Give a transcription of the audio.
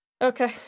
Okay